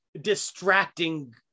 distracting